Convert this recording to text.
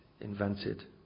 invented